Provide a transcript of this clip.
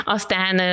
Aztán